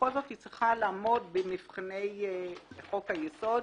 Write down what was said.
בכל זאת היא צריכה לעמוד במבחני חוק היסוד,